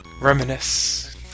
Reminisce